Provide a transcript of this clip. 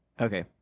Okay